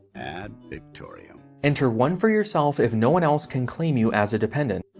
ad victoriam enter one for yourself if no one else can claim you as a dependent.